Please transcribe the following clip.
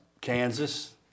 Kansas